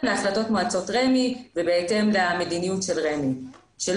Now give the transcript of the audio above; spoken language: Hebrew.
להחלטות מועצות רמ"י ובהתאם למדיניות של רמ"י.